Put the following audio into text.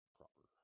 proper